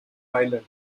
island